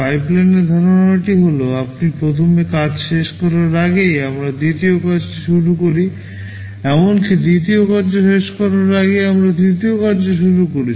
পাইপলাইনে ধারণাটি হল আপনি প্রথম কাজ শেষ করার আগেই আমরা দ্বিতীয় কাজটি শুরু করি এমনকি দ্বিতীয় কার্য শেষ করার আগেই আমরা তৃতীয় কার্য শুরু করি